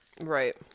Right